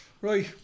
Right